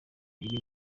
iri